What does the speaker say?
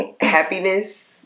happiness